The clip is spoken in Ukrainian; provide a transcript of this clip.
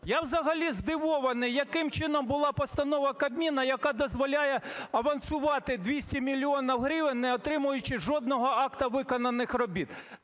Я взагалі здивований, яким чином була постанова Кабміну, яка дозволяє авансувати 200 мільйонів гривень, не отримуючи жодного акту виконаних робіт?